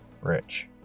Rich